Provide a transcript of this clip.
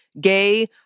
gay